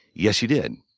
yes, you did.